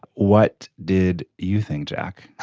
what did you think jack